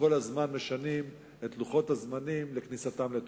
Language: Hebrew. וכל הזמן משנים את לוחות הזמנים של כניסתם לתוקף.